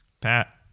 Pat